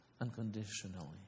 unconditionally